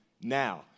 now